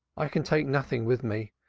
i can take nothing with me.